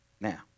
Now